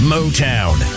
Motown